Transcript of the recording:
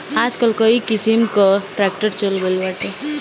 आजकल कई किसिम कअ ट्रैक्टर चल गइल बाटे